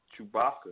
Chewbacca